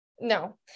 no